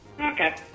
Okay